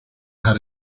how